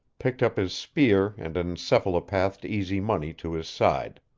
picked up his spear and encephalopathed easy money to his side.